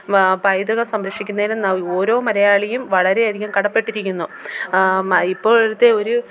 വ പൈതൃകം സംരക്ഷിക്കുന്നതിലും ന ഓരോ മലയാളിയും വളരെയധികം കടപ്പെട്ടിരിക്കുന്നു മ ഇപ്പോഴത്തെ ഒരു